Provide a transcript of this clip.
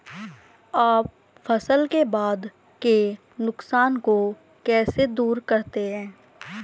आप फसल के बाद के नुकसान को कैसे दूर करते हैं?